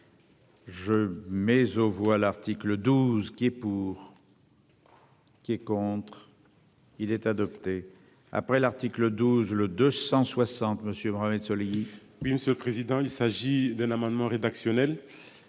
Je mais aux voix. L'article 12 qui est. Pour. Qui est contre. Il est adopté. Après l'article 12, le 260 Monsieur Mohamed soleil. Oui, monsieur le président, il s'agit d'un amendement rédactionnel.